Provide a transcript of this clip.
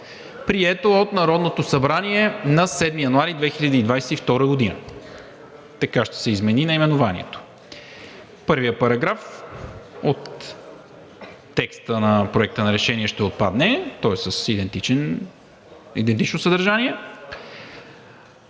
прието от Народното събрание на 7 януари 2022 г.“ Така ще се измени наименованието. Параграф 1 от текста на Проекта за решение ще отпадне. Той е с идентично съдържание.